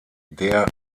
der